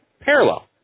parallel